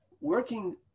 working